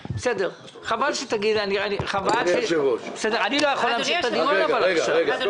אני לא יכול להמשיך את הדיון עכשיו.